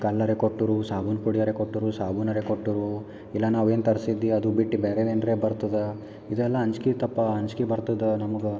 ಕಲ್ಲರೆ ಕೊಟ್ಟರು ಸಾಬೂನು ಕೊಡಿಯಾರೇ ಕೊಟ್ಟರು ಸಾಬೂನರೇ ಕೊಟ್ಟರು ಇಲ್ಲ ನಾವೇನು ತರಿಸಿದ್ದಿ ಅದು ಬಿಟ್ಟು ಬೇರೆನು ಏನ್ರೇ ಬರ್ತದ ಇದೆಲ್ಲ ಅಂಜಿಕೆ ಐತಪ್ಪ ಅಂಜಿಕೆ ಬರ್ತದ ನಮಗೆ